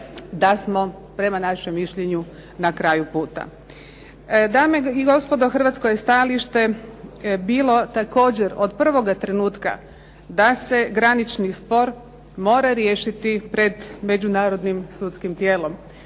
da smo prema našem mišljenju na kraju puta. Dame i gospodo, hrvatsko je stajalište bilo također od prvoga trenutak da se granični spor mora riješiti pred međunarodnim sudskim tijelom.